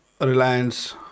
reliance